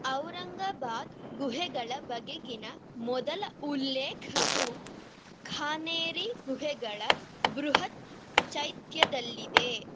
ಔರಂಗಾಬಾದ್ ಗುಹೆಗಳ ಬಗೆಗಿನ ಮೊದಲ ಉಲ್ಲೇಖವು ಖಾನೇರಿ ಗುಹೆಗಳ ಬೃಹತ್ ಚೈತ್ಯದಲ್ಲಿದೆ